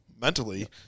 mentally